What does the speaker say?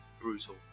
brutal